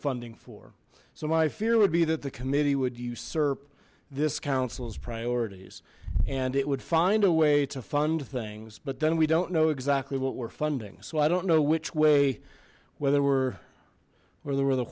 funding for so my fear would be that the committee would usurp this council's priorities and it would find a way to fund things but then we don't know exactly what we're funding so i don't know which way whether we're where there were the